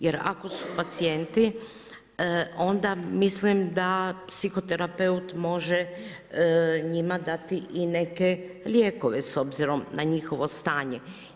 Jer ako su pacijenti onda mislim da psihoterapeut može njima dati i neke lijekove s obzirom na njihovo stanje.